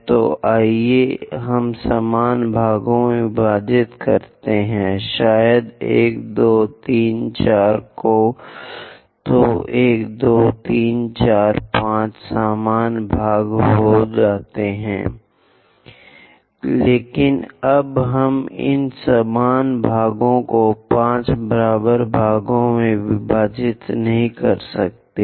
तो आइए हम समान भागों में विभाजित करते हैं शायद 1 2 3 4 तो 1 2 3 4 5 समान भाग होते हैं लेकिन अब हम इन समान भागों को 5 बराबर भागों में विभाजित नहीं कर सकते हैं